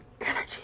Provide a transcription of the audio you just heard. energy